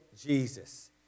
Jesus